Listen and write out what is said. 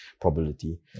probability